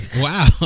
wow